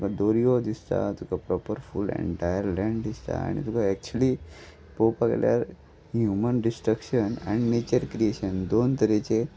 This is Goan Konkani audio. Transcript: तुका दर्यो दिसता तुका प्रोपर फूल ऍन्टायर लँड दिसता आनी तुका ऍक्चुली पळोवपाक गेल्यार human destruction and nature creation दोन तरेचे